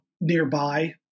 nearby